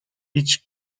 each